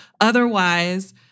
otherwise